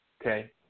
Okay